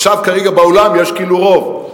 עכשיו, כרגע, באולם יש כאילו רוב,